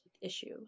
issue